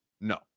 No